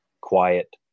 quiet